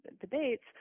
debates